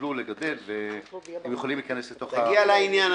שחדלו לגדל והם יכולים להיכנס לתוך --- תגיע לעניין.